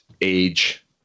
age